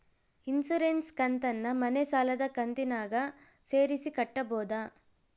Insurance ಕಂತನ್ನ ಮನೆ ಸಾಲದ ಕಂತಿನಾಗ ಸೇರಿಸಿ ಕಟ್ಟಬೋದ?